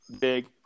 big